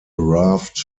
raft